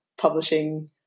publishing